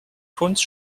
kunst